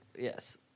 Yes